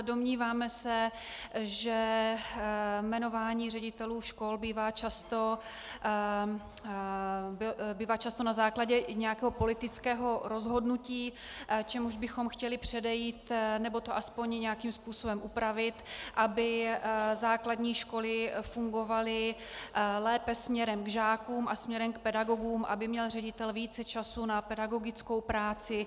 Domníváme se, že jmenování ředitelů škol bývá často na základě nějakého politického rozhodnutí, čemuž bychom chtěli předejít, nebo to alespoň nějakým způsobem upravit, aby základní školy fungovaly lépe směrem k žákům a směrem k pedagogům, aby měl ředitel více času na pedagogickou práci.